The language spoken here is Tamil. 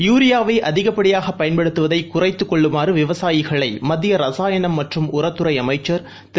யூரியாவை அதிகப்படியாக பயன்படுத்துவதை குறைத்துக் கொள்ளுமாறு விவசாயிகளை மத்திய ரசாயனம் மற்றும் உரத்துறை அமைச்சர் திரு